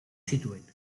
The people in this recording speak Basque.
zituen